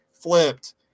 flipped